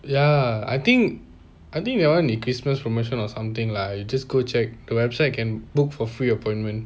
ya I think I think that one is christmas promotion or something lah you just go check the website can book for free appointment